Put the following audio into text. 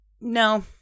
No